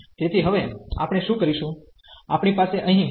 તેથી હવે આપણે શું કરીશું આપણી પાસે અહીં હશે